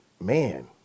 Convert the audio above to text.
man